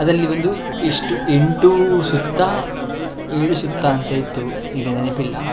ಅದರಲ್ಲಿ ಒಂದು ಇಷ್ಟು ಎಂಟು ಸುತ್ತಾ ಏಳು ಸುತ್ತಾ ಅಂತ ಇತ್ತು ಈಗ ನೆನಪಿಲ್ಲ